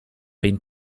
been